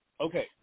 Okay